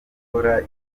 gukora